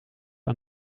aan